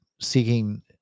seeking